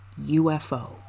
UFO